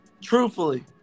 Truthfully